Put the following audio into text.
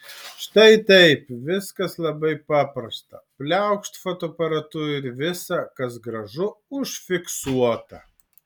štai taip viskas labai paprasta pliaukšt fotoaparatu ir visa kas gražu užfiksuota